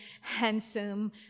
handsome